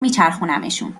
میچرخونمشون